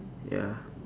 ya